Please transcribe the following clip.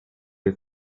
die